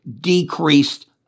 decreased